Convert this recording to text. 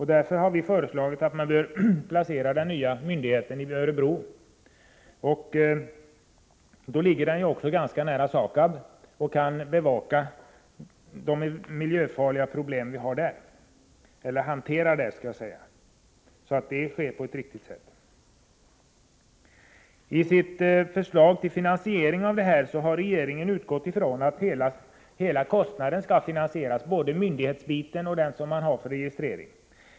Därför har vi föreslagit att man bör placera den i Örebro. Då ligger den ganska nära SAKAB och kan hantera de miljöproblem vi har där så att detta arbete sker på ett riktigt sätt. I sitt förslag till finansiering av detta har regeringen utgått från att hela kostnaden skall finansieras, både myndigheten och registret.